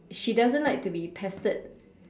she doesn't like to be pestered